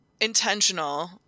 intentional